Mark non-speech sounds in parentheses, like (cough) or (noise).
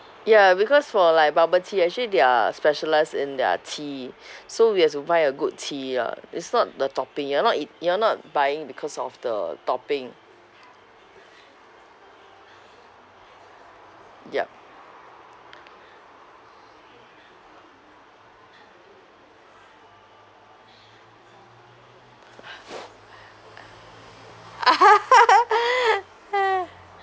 ya because for like bubble tea actually their specialised in their tea (breath) so we have to buy a good tea lah it's not the topping you're not eat you're not buying because of the topping yup (laughs)